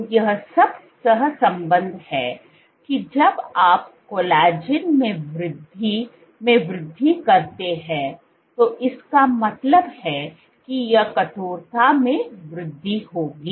तो यह सब सहसंबद्ध है कि जब आप कोलेजन में वृद्धि में वृद्धि करते हैं तो इसका मतलब है कि यह कठोरता में वृद्धि होगी